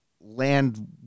land